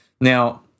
Now